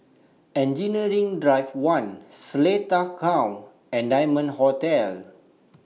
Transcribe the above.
Engineering Drive one Seletar Court and Diamond Hotel